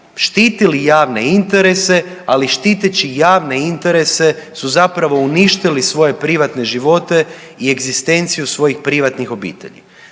štitili javne interese, ali štiteći javne interese su zapravo uništili svoje privatne živote i egzistenciju svojih privatnih obitelji.